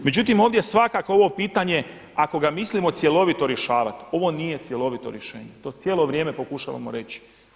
Međutim, ovdje je svakako ovo pitanje, ako ga mislimo cjelovito rješavati, ovo nije cjelovito rješenje, to cijelo vrijeme pokušavamo reći.